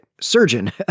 surgeon